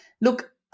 look